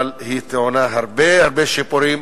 אבל היא טעונה הרבה הרבה שיפורים,